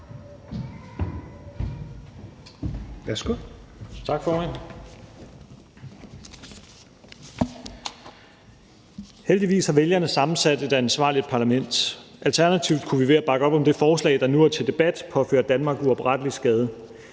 Heldigvis har vælgerne sammensat et ansvarligt parlament. Alternativt kunne vi, ved at bakke op om det forslag, der nu er til debat, påføre Danmark uoprettelig skade.